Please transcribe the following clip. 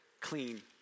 clean